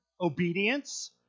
obedience